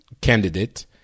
candidate